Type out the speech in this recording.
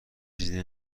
چیزی